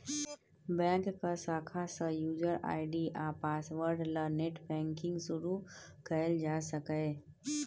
बैंकक शाखा सँ युजर आइ.डी आ पासवर्ड ल नेट बैंकिंग शुरु कयल जा सकैए